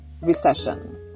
recession